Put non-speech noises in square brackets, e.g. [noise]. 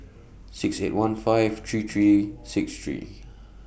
six eight one five three three six three [noise]